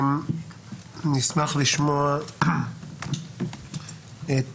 נשמח לשמוע את